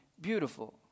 beautiful